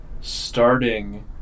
starting